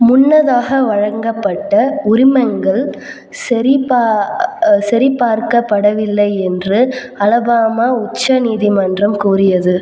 முன்னதாக வழங்கப்பட்ட உரிமங்கள் சரிபார் சரிபார்க்கப்படவில்லை என்று அலபாமா உச்ச நீதிமன்றம் கூறியது